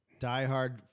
diehard